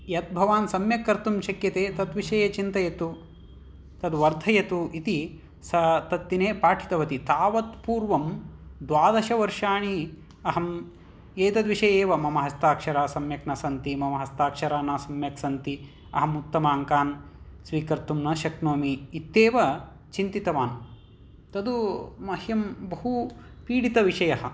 यद्भवान् सम्यक् कर्तुं शक्यते तद्विषये चिन्तयतु तद्वर्धयतु इति सा तद्दिने पाठितवती तावत्पूर्वं द्वादशवर्षाणि अहम् एतद्विषये एव मम हस्ताक्षरः सम्यक् न सन्ति मम हस्ताक्षरः न सम्यक् सन्ति अहम् उत्तम अङ्कान् स्वीकर्तुं न शक्नोमि इत्येव चिन्तितवान् तत् मह्यं बहु पीडितविषयः